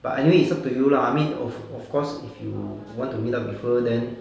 but anyway it's up to you lah I mean of of course if you want to meet up with her then